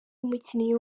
umukinnyi